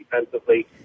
defensively